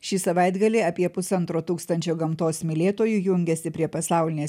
šį savaitgalį apie pusantro tūkstančio gamtos mylėtojų jungiasi prie pasaulinės